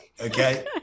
okay